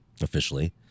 officially